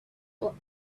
all